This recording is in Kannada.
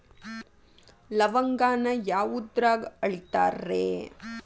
ಲವಂಗಾನ ಯಾವುದ್ರಾಗ ಅಳಿತಾರ್ ರೇ?